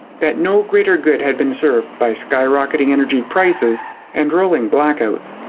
that no greater good had been served by skyrocketing energy prices and rolling blackouts.